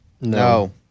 No